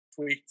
tweets